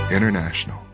International